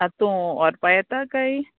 आंत तूं व्होरपा येता काय